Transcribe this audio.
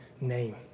name